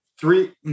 three